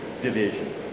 division